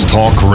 Talk